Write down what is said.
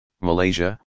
Malaysia